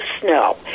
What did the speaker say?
snow